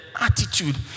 attitude